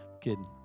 kidding